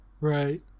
Right